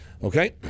Okay